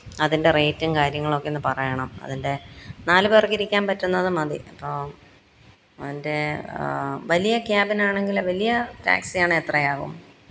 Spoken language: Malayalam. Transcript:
അതിന്റെ റേറ്റും കാര്യങ്ങളുമൊക്കെ ഒന്ന് പറയണം അതിന്റെ നാല് പേര്ക്കിരിക്കാന് പറ്റുന്നത് മതി അപ്പോൾ അതിന്റെ വലിയ ക്യാബിനാണെങ്കിൽ വലിയ ടാക്സിയാണെങ്കിൽ എത്രയാവും